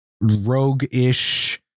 rogue-ish